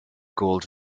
gold